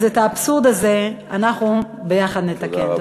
את האבסורד הזה אנחנו יחד נתקן.